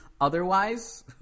otherwise